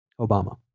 Obama